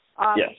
Yes